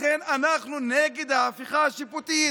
לכן אנחנו נגד ההפיכה השיפוטית.